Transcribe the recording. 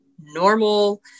normal